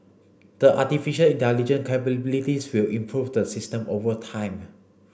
the artificial intelligence capabilities will improve the system over time